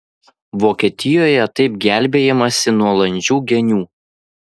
vokietijoje taip gelbėjamasi nuo landžių genių